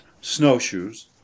snowshoes